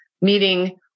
meeting